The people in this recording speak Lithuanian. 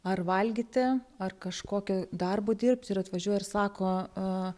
ar valgyti ar kažkokio darbo dirbti ir atvažiuoja ir sako